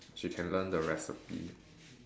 she can learn the recipe